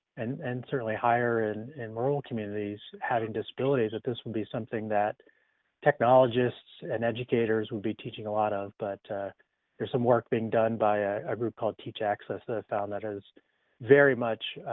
and and certainly higher and in rural communities having disabilities, that this would be something that technologists and educators would be teaching a lot of, but there's some work been done by a group called teach access that i've found that is very much,